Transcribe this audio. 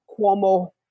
Cuomo